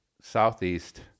Southeast